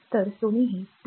तर सोने हे 2